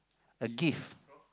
a gift